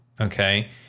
Okay